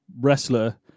wrestler